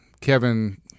Kevin